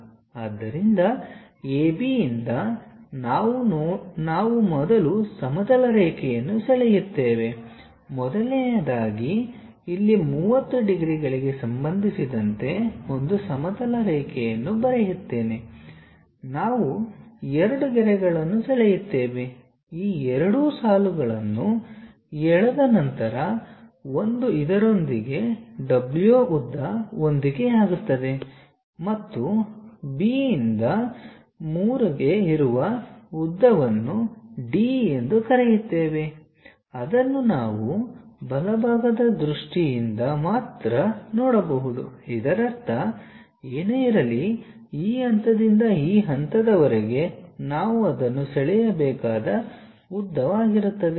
ಆದ್ದರಿಂದ AB ಯಿಂದ ನಾವು ಮೊದಲು ಸಮತಲ ರೇಖೆಯನ್ನು ಸೆಳೆಯುತ್ತೇವೆ ಮೊದಲನೆಯದಾಗಿ ಇಲ್ಲಿ 30 ಡಿಗ್ರಿಗಳಿಗೆ ಸಂಬಂಧಿಸಿದಂತೆ ಒಂದು ಸಮತಲ ರೇಖೆಯನ್ನು ಬರೆಯುತ್ತೇನೆ ನಾವು ಎರಡು ಗೆರೆಗಳನ್ನು ಸೆಳೆಯುತ್ತೇವೆ ಈ ಎರಡು ಸಾಲುಗಳನ್ನು ಎಳೆದ ನಂತರ ಒಂದು ಇದರೊಂದಿಗೆ W ಉದ್ದ ಹೊಂದಿಕೆಯಾಗುತ್ತದೆ ಮತ್ತು ಬಿ ಇಂದ 3ಗೆ ಇರುವ ಉದ್ದವನ್ನು D ಎಂದು ಕರೆಯುತ್ತೇವೆ ಅದನ್ನು ನಾವು ಬಲಭಾಗದ ದೃಷ್ಟಿಯಿಂದ ಮಾತ್ರ ನೋಡಬಹುದು ಇದರರ್ಥ ಏನೇ ಇರಲಿ ಈ ಹಂತದಿಂದ ಈ ಹಂತದವರೆಗೆ ನಾವು ಅದನ್ನು ಸೆಳೆಯಬೇಕಾದ ಉದ್ದವಾಗಿರುತ್ತದೆ